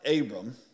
Abram